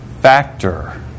factor